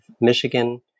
Michigan